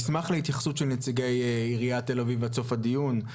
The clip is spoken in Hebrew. ואשמח להתייחסות של נציגי עיריית תל אביב עד סוף הדיון: